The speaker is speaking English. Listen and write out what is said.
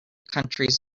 countries